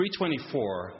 324